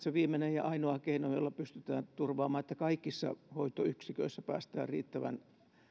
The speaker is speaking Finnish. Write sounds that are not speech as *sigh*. *unintelligible* se viimeinen ja ainoa keino jolla pystytään turvaamaan että kaikissa hoitoyksiköissä päästään riittävän